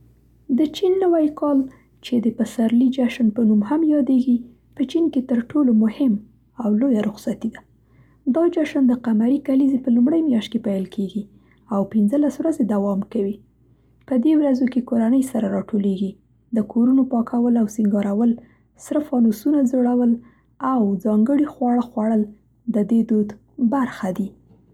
د چین نوی کال، چې د پسرلي جشن په نوم هم یادیږي، په چین کې تر ټولو مهم او لویه رخصتي ده. دا جشن د قمري کلیزې په لومړۍ میاشت کې پیل کیږي او ۱۵ ورځې دوام کوي. په دې ورځو کې، کورنۍ سره راټولیږي، د کورونو پاکول او سینګارول، سره فانوسونه ځړول، او ځانګړي خواړه خوړل د دې دود برخه دي.